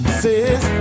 says